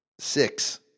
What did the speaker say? Six